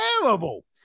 terrible